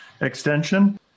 extension